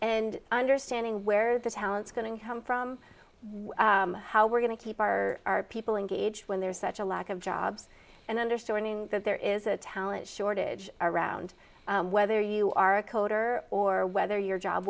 and understanding where the talents going in come from how we're going to keep our people engaged when there's such a lack of jobs and understanding that there is a talent shortage around whether you are a coder or whether your job